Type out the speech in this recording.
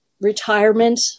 retirement